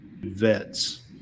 vets